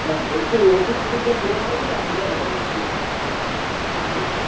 না বলছি ওই ওষুধ বসুধ কিছুর যে কেনা হয়েছে না সেটার কথা বলছি